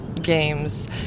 games